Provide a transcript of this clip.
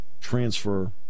transfer